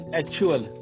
actual